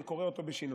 אני קורא אותו בשינוי.